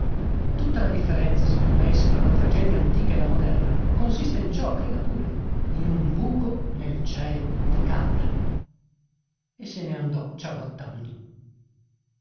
tutta la differenza signor meis fra la tragedia antica e la moderna consiste in ciò creda pure in un buco nel cielo di carta e se ne andò